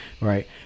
right